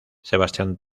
sebastián